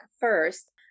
first